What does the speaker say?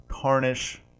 tarnish